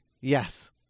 Yes